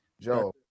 Joe